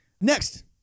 Next